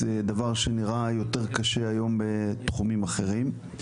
דבר שנראה היום יותר קשה בתחומים אחרים.